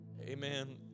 Amen